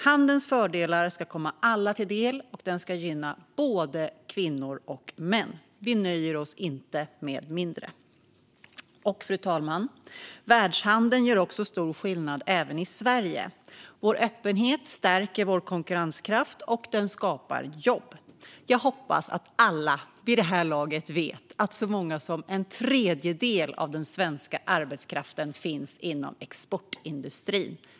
Handelns fördelar ska komma alla till del, och den ska gynna både kvinnor och män. Vi nöjer oss inte med mindre. Fru talman! Världshandeln gör stor skillnad även i Sverige. Vår öppenhet stärker vår konkurrenskraft, och den skapar jobb. Jag hoppas att alla vid det här laget vet att så mycket som en tredjedel av den svenska arbetskraften finns inom exportindustrin.